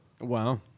Wow